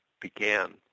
began